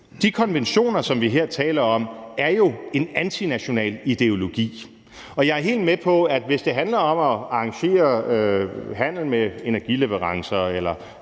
De konventioner, som vi her taler om, er jo en antinational ideologi. Og jeg er helt med på, at hvis det handler om at arrangere handel med energileverancer eller